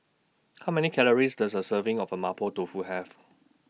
How Many Calories Does A Serving of Mapo Tofu Have